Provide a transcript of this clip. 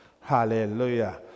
Hallelujah